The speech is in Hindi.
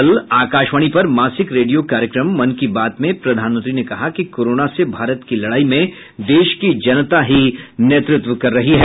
कल आकाशवाणी पर मासिक रेडियो कार्यक्रम मन की बात में प्रधानमंत्री ने कहा कि कोरोना से भारत की लड़ाई में देश की जनता ही नेतृत्व कर रही है